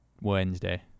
wednesday